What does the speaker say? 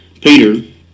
peter